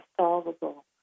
solvable